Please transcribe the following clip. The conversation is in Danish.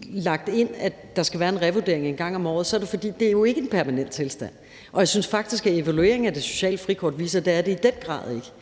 lagt ind, at der skal være en revurdering en gang om året, er det, fordi det jo ikke er en permanent tilstand, og jeg synes faktisk, at evalueringen af det sociale frikort viser, at det i den grad ikke